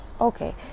okay